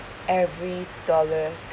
every dollar